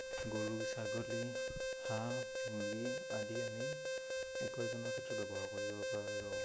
গৰু ছাগলী হাঁহ মুৰ্গী আদি আমি উপাৰ্জনৰ ক্ষেত্ৰত ব্যৱহাৰ কৰিব পাৰোঁ